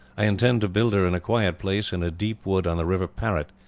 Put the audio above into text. i intend to build her in a quiet place in a deep wood on the river parrot,